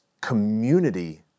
community